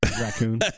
Raccoon